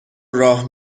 راه